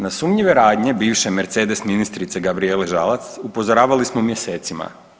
Nesumnjive radnje bivše mercedes ministrice Gabriele Žalac upozoravali smo mjesecima.